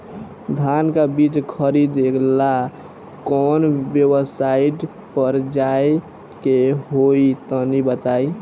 धान का बीज खरीदे ला काउन वेबसाइट पर जाए के होई तनि बताई?